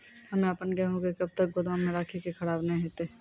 हम्मे आपन गेहूँ के कब तक गोदाम मे राखी कि खराब न हते?